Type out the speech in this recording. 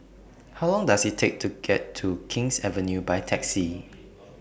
How Long Does IT Take to get to King's Avenue By Taxi